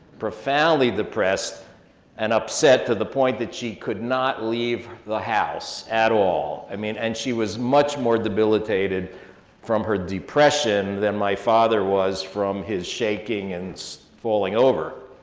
profoundly depressed and upset to the point that she could not leave the house at all. i mean and she was much more debilitated from her depression than my father was from his shaking and falling over.